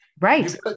right